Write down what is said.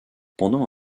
pendant